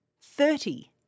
thirty